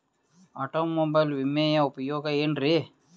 Automobile ವಿಮೆಯ ಉಪಯೋಗ ಏನ್ರೀ?